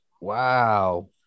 Wow